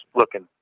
looking